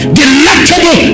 delectable